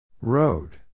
Road